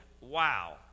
wow